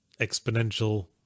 exponential